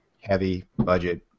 heavy-budget